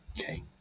okay